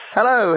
Hello